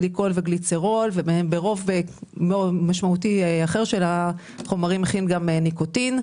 גליקול וגליצרול וברוב משמעותי אחר של החומרים מכיל גם ניקוטין.